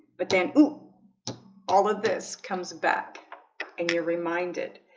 but then ooh all of this comes back and you're reminded